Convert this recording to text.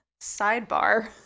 sidebar